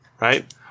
right